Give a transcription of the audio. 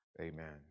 Amen